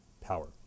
power